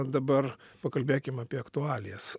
dabar pakalbėkim apie aktualijas